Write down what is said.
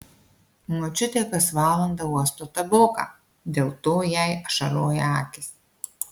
močiutė kas valandą uosto taboką dėl to jai ašaroja akys